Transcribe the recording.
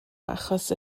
achos